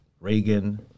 Reagan